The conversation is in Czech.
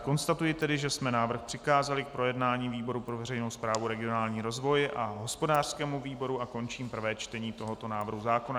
Konstatuji tedy, že jsme návrh přikázali k projednání výboru pro veřejnou správu a regionální rozvoj a hospodářskému výboru a končím prvé čtení tohoto návrhu zákona.